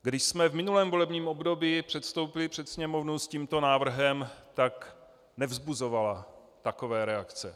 Když jsme v minulém volebním období předstoupili před Sněmovnu s tímto návrhem, tak nevzbuzovala takové reakce.